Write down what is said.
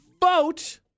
Vote